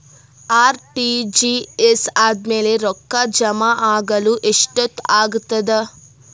RTGS ಆದ್ಮೇಲೆ ರೊಕ್ಕ ಜಮಾ ಆಗಲು ಎಷ್ಟೊತ್ ಆಗತದ?